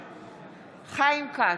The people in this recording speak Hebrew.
נגד חיים כץ,